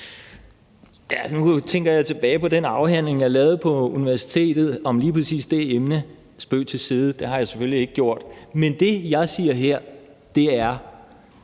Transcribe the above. Nu tænker jeg tilbage på den afhandling, jeg lavede på universitetet, om lige præcis det emne; nej, spøg til side, det har jeg selvfølgelig ikke gjort. Men det, jeg siger her, er,